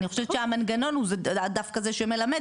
אני חושבת שהמנגנון הוא זה דווקא זה שמלמד